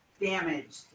damaged